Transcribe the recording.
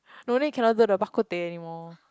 no need cannot do the Bak Kut Teh anymore